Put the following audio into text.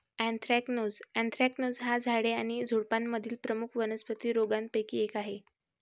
anthracnose anthracnose हा झाडे आणि झुडुपांमधील प्रमुख वनस्पती रोगांपैकी एक आहे